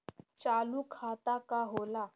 चालू खाता का होला?